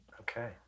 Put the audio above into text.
Okay